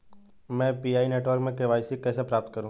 मैं Pi network में KYC कैसे प्राप्त करूँ?